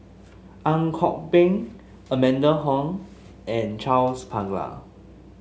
Ang Kok Peng Amanda Heng and Charles Paglar